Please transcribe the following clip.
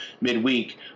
midweek